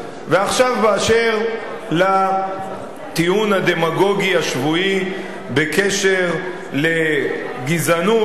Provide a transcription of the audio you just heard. ועכשיו באשר לטיעון הדמגוגי השבועי בקשר לגזענות /